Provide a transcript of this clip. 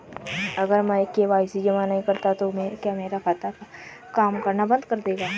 अगर मैं के.वाई.सी जमा नहीं करता तो क्या मेरा खाता काम करना बंद कर देगा?